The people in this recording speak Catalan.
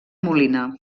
molina